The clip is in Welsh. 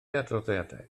adroddiadau